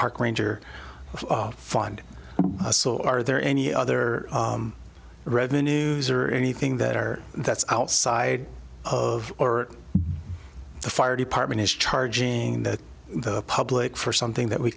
park ranger fund a so are there any other revenues or anything that are that's outside of or the fire department is charging that the public for something that we